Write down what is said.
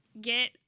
get